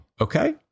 Okay